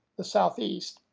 the southeast,